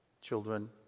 Children